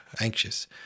anxious